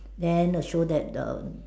then show that the